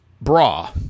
bra